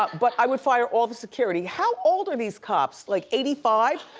but but i would fire all the security. how old are these cops? like eighty five,